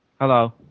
Hello